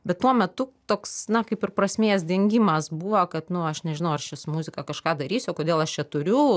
bet tuo metu toks na kaip ir prasmės dingimas buvo kad nu aš nežinau ar čia su muzika kažką darysiu o kodėl aš čia turiu